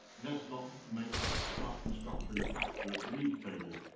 let's not make, start constructing factious lead tables.